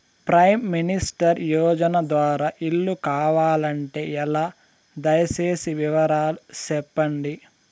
Prime minister యోజన ద్వారా ఇల్లు కావాలంటే ఎలా? దయ సేసి వివరాలు సెప్పండి?